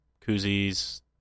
koozies